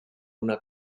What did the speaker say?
una